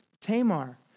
Tamar